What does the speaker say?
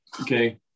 okay